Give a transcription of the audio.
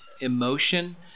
emotion